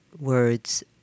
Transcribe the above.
words